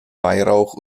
weihrauch